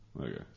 Okay